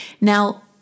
Now